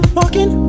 walking